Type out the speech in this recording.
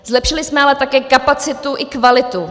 Zlepšili jsme ale také kapacitu i kvalitu.